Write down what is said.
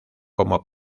como